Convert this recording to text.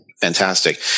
Fantastic